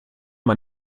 man